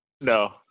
No